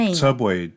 subway